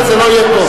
זה לא יהיה טוב.